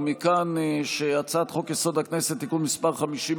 ומכאן שהצעת חוק-יסוד: הכנסת (תיקון מס 50,